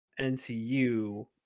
NCU